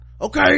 okay